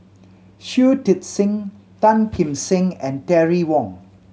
Shui Tit Sing Tan Kim Seng and Terry Wong